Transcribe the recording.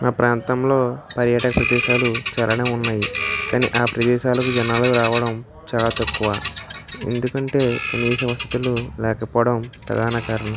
మా ప్రాంతంలో పర్యాటక ప్రదేశాలు చాలానే ఉన్నాయి కానీ ఆ ప్రదేశాలకు జనాభా రావడం చాలా తక్కువ ఎందుకంటే కనీస వసతులు లేకపోవడం ప్రధాన కారణం